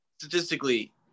Statistically